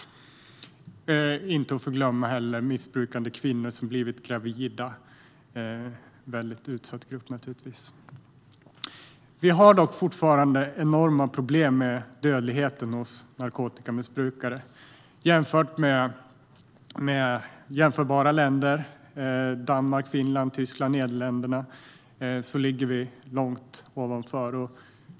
Vi ska inte heller förglömma missbrukande kvinnor som blivit gravida - naturligtvis en mycket utsatt grupp. Det råder dock fortfarande enorma problem med dödligheten hos narkotikamissbrukare. Ställt mot andra jämförbara länder, Danmark, Finland, Tyskland och Nederländerna, ligger Sverige högt.